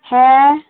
হ্যাঁ